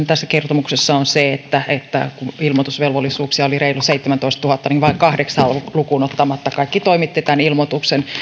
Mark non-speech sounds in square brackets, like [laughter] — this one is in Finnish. [unintelligible] tässä kertomuksessa on se että että kun ilmoitusvelvollisuuksia oli reilu seitsemäntoistatuhatta niin vain kahdeksaa lukuun ottamatta kaikki toimittivat tämän ilmoituksen